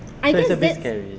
it's a bit scary